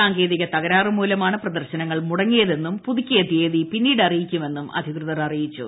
സാങ്കേതിക തകരാറുമൂലമാണ് പ്രദർശനങ്ങൾ മുടങ്ങിയതെന്നും പുതുക്കിയ തീയതി പിന്നീട് അറിയിക്കുമെന്നും അധികൃതർ അറിയിച്ചു